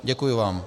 Děkuji vám.